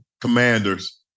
Commanders